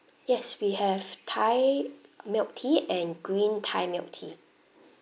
yes we have thai milk tea and green thai milk tea